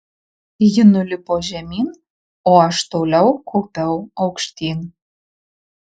ji nulipo žemyn o aš toliau kopiau aukštyn